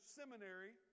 seminary